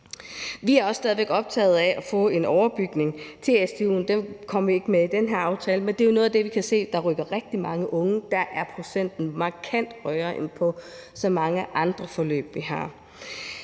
Vi er også stadig væk optaget af at få en overbygning til stu'en. Den kom ikke med i den her aftale, men det er jo noget af det, vi kan se rykker rigtig mange unge. Der er procenten markant højere end på så mange andre forløb, vi har.